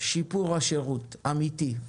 שיפור שירות אמיתי.